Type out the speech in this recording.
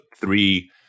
three